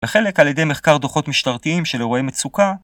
וחלק על ידי מחקר דוחות משטרתיים של אירועי מצוקה